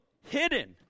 hidden